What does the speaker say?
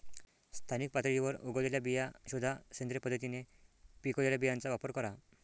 स्थानिक पातळीवर उगवलेल्या बिया शोधा, सेंद्रिय पद्धतीने पिकवलेल्या बियांचा वापर करा